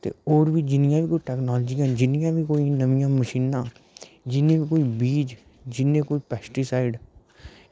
ते होर जिन्नियां बी कोई टेक्नोलॉज़ियां न ते जिन्नियां बी कोई नम्मियां मशीनां न जिन्ने बी कोई बीज जिन्ने बी कोई पेस्टीसाईड